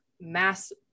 mass